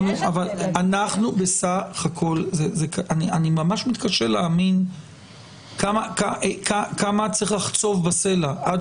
אבל אני ממש מתקשה להאמין כמה צריך לחצוב בסלע עד